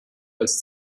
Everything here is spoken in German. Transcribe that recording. als